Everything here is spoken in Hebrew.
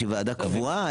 שהיא ועדה קבועה,